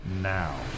now